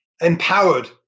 empowered